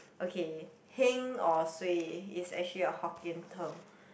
okay heng or suay is actually a Hokkien term